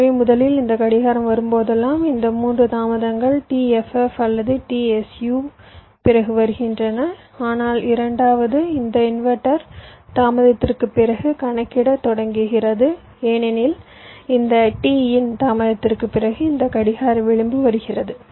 எனவே முதலில் இந்த கடிகாரம் வரும்போதெல்லாம் இந்த 3 தாமதங்கள் t ff அல்லது t su பிறகு வருகின்றன ஆனால் இரண்டாவது இந்த இன்வெர்ட்டர் தாமதத்திற்குப் பிறகு கணக்கிடத் தொடங்குகிறது ஏனெனில் இந்த t in தாமதத்திற்குப் பிறகு இந்த கடிகார விளிம்பு வருகிறது